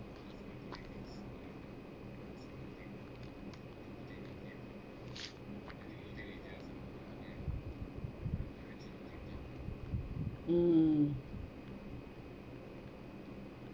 mm